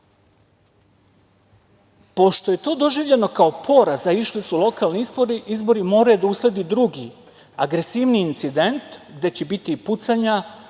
je to doživljeno kao poraz a išli su lokalni izbori morao je da usledi drugi agresivniji incident gde će biti i pucanja